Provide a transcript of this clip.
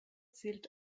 zielt